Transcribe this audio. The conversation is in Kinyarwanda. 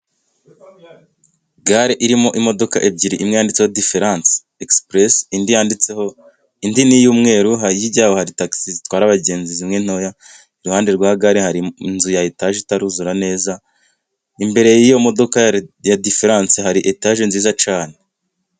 Gare irimo imodoka ebyiri imwe yanwanditseho diferanse egisipuresi，indi yanditseho, indi ni iy'umweru hijya yaho hari tagisi zitwara abagenzi，zimwe ntoya， iruhande rwa gare， hari inzu ya etaje，itaruzura neza，imbere y'iyo modoka ya diferanse hari etaje nziza cane.